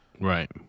right